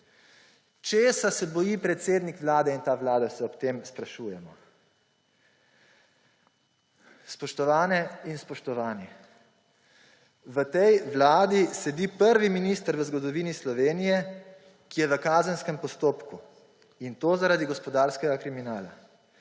Česa se boji predsednik Vlade in ta vlada, se ob tem sprašujemo. Spoštovane in spoštovani, v tej vladi sedi prvi minister v zgodovini Slovenije, ki je v kazenskem postopku, in to zaradi gospodarskega kriminala.